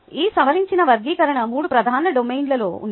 ఈ సవరించిన వర్గీకరణ 3 ప్రధాన డొమైన్లలో ఉంది